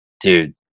dude